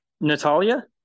Natalia